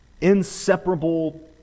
inseparable